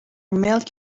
milk